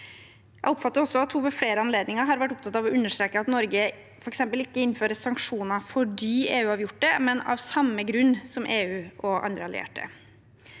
Jeg oppfatter også at hun ved flere anledninger har vært opptatt av å understreke at Norge f.eks. ikke innfører sanksjoner fordi EU har gjort det, men av samme grunn som EU og andre allierte.